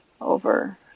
over